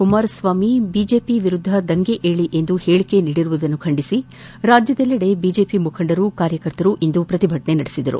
Kumaraswamy BJP ವಿರುದ್ದ ದಂಗೆ ಏಳಿ ಎಂದು ಹೇಳಿಕೆ ನೀಡಿರುವುದನ್ನು ಖಂಡಿಸಿ ರಾಜ್ಯದೆಲ್ಲಡೆ ಬಿಜೆಪಿ ಮುಖಂಡರು ಕಾರ್ಯಕರ್ತರು ಇಂದು ಪ್ರತಿಭಟನೆ ನಡೆಸಿದರು